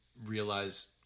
realize